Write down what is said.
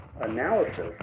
analysis